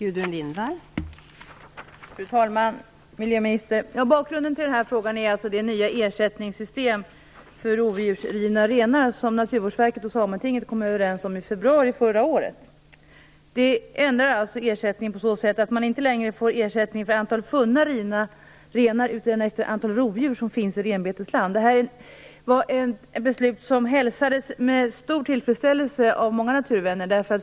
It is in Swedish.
Fru talman! Bakgrunden till den här frågan är det nya ersättningssystem för rovdjursrivna renar som Naturvårdsverket och Sametinget kom överens om i februari förra året. Det ändrar alltså ersättningen på så sätt att man inte längre får ersättning för antalet funna rivna renar utan efter antalet rovdjur som finns i renbetesland. Det här var ett beslut som hälsades med stor tillfredsställelse av många naturvänner.